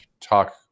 talk